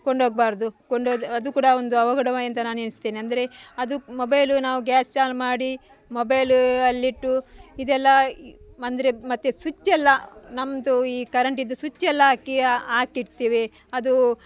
ಕೊಂಡೋಗಬಾರ್ದು ಕೊಂಡೋದ ಅದು ಕೂಡ ಒಂದು ಅವಘಡವೇ ಅಂತ ನಾನು ಎಣಿಸ್ತೇನೆ ಅಂದರೆ ಅದು ಮೊಬೈಲು ನಾವು ಗ್ಯಾಸ್ ಚಾಲೂ ಮಾಡಿ ಮೊಬೈಲು ಅಲ್ಲಿಟ್ಟು ಇದೆಲ್ಲಾ ಅಂದರೆ ಮತ್ತು ಸ್ವಿಚ್ಚೆಲ್ಲ ನಮ್ಮದು ಈ ಕರೆಂಟಿದ್ದು ಸ್ವಿಚ್ಚೆಲ್ಲ ಹಾಕಿ ಹಾಕಿಡ್ತೇವೆ ಅದು